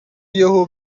یهو